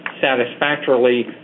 satisfactorily